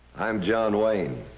i'm john wayne.